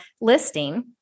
listing